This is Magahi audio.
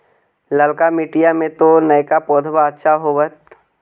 ललका मिटीया मे तो नयका पौधबा अच्छा होबत?